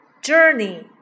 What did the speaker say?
Journey